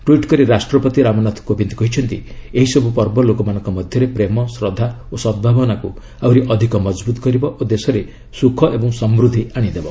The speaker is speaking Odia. ଟ୍ୱିଟ୍ କରି ରାଷ୍ଟ୍ରପତି ରାମନାଥ କୋବିନ୍ଦ କହିଛନ୍ତି ଏହିସବୁ ପର୍ବ ଲୋକମାନଙ୍କ ମଧ୍ୟରେ ପ୍ରେମ ଶ୍ରଦ୍ଧା ଓ ସଦ୍ଭାବନାକୁ ଆହୁରି ଅଧିକ ମଜବୁତ୍ କରିବ ଓ ଦେଶରେ ସୁଖ ଏବଂ ସମୃଦ୍ଧି ଆଣିଦେବ